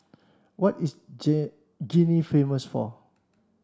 what is Guinea famous for